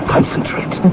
Concentrate